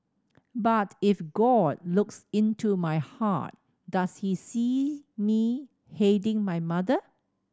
but if God looks into my heart does he see me hating my mother